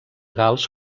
gals